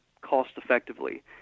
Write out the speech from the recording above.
cost-effectively